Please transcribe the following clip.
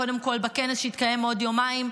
קודם כול בכנס שיתקיים בעוד יומיים,